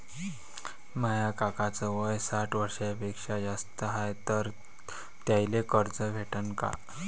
माया काकाच वय साठ वर्षांपेक्षा जास्त हाय तर त्याइले कर्ज भेटन का?